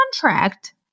contract